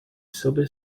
sobie